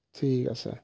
ঠিক আছে